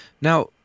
Now